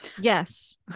Yes